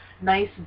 nice